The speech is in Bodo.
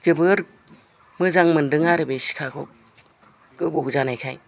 जोबोर मोजां मोनदों आरो बे सिखाखौ गोबौ जानायखाय